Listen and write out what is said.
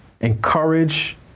encourage